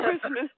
Christmas